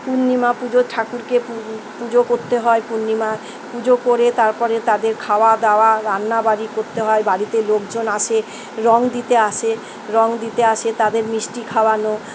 পূর্ণিমা পুজোয় ঠাকুরকে পুজো করতে হয় পূর্ণিমার পুজো করে তারপরে তাদের খাওয়া দাওয়া রান্নাবাড়ি করতে হয় বাড়িতে লোকজন আসে রঙ দিতে আসে রঙ দিতে আসে তাদের মিষ্টি খাওয়ানো